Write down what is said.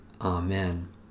Amen